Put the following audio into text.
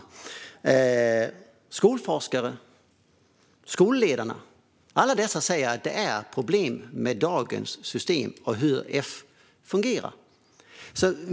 Alla dessa skolforskare och skolledare säger att det finns problem med dagens system och hur F fungerar.